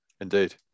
Indeed